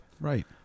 Right